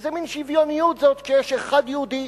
איזה מין שוויוניות זאת כשיש אחד יהודי,